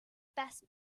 best